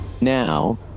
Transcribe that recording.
Now